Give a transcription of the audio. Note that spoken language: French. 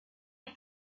est